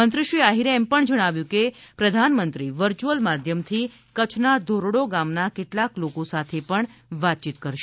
મંત્રી શ્રી આહીરે એમ પણ જણાવ્યું હતું કે પ્રધાનમંત્રી વર્ચ્યુઅલ માધ્યમથી કચ્છના ધોરડો ગામના કેટલાંક લોકો સાથે પણ વાતચીત કરશે